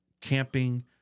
camping